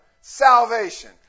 salvation